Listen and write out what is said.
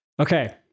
Okay